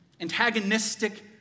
antagonistic